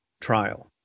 trial